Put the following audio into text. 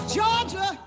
Georgia